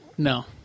No